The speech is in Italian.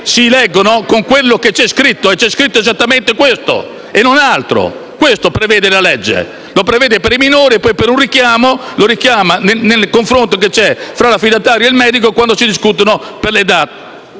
sulla base di quello che c'è scritto e c'è scritto esattamente questo, e non altro. Questo prevede il provvedimento. Lo prevede per i minori e poi lo richiama nel confronto che c'è fra l'affidatario e il medico quando discutono per le DAT.